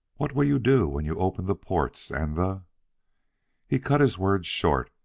what will you do when you open the ports and the he cut his words short,